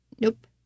nope